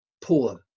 poor